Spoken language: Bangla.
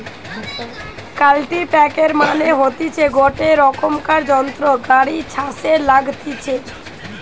কাল্টিপ্যাকের মানে হতিছে গটে রোকমকার যন্ত্র গাড়ি ছাসে লাগতিছে